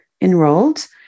enrolled